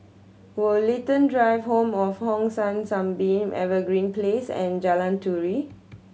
Woollerton Drive Home of Hong San Sunbeam Evergreen Place and Jalan Turi